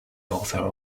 author